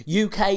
UK